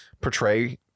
Portray